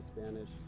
Spanish